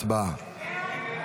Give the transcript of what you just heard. הצבעה.